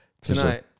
Tonight